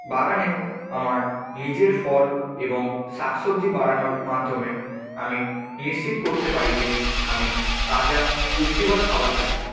বাগানে আমার নিজের ফল এবং শাক সবজি বাড়ানোর মাধ্যমে আমি নিশ্চিত করতে পারি যে আমি তাজা পুষ্টিকর খাবার খাচ্ছি